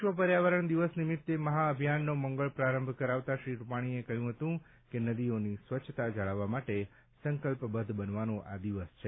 વિશ્વ પર્યાવરણ દિવસ નિમિત્તે મહાઅભિયાનનો મંગળ પ્રારંભ કરાવતા શ્રી રૂપાણીએ કહ્યું હતું કે નદીઓની સ્વચ્છતા જાળવવા માટે સંકલ્પબદ્વ બનવાનો દિવસ છે